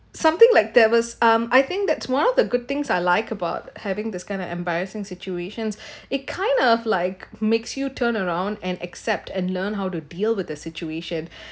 something like there was um I think that's one of the good things I like about having this kind of embarrassing situations it kind of like makes you turn around and accept and learn how to deal with the situation